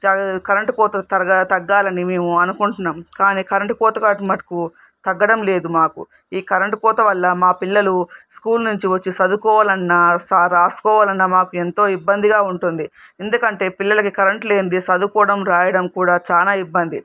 క కరెంటు కోత త్వరగా తగ్గాలని మేము అనుకుంటున్నాము కానీ కరెంటు కోత మటుకు తగ్గడం లేదు మాకు ఈ కరెంటు కోత వల్ల మా పిల్లలు స్కూల్ నుంచి వచ్చి చదువుకోవాలన్నా స వ్రాసుకోవాలన్నా మాకు ఎంతో ఇబ్బందిగా ఉంటుంది ఎందుకంటే పిల్లలకి కరెంటు లేనిదే చదువుకోవడం వ్రాయడం కూడా చాలా ఇబ్బంది